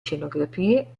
scenografie